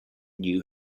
new